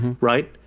Right